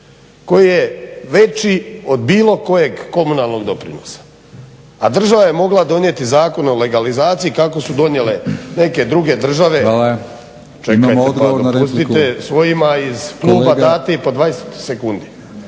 koji je veći od bilo kojeg komunalnog doprinosa a država je mogla donijeti zakon o legalizaciji kako su donijele neke druge države. …/Upadica Batinić: Hvala.